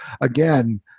again